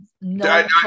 No